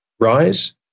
rise